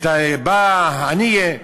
בא הנייה,